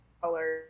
color